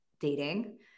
dating